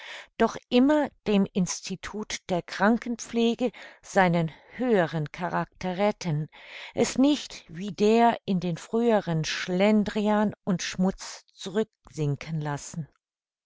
doch immer dem institut der krankenpflege seinen höheren character retten es nicht wieder in den früheren schlendrian und schmutz zurücksinken lassen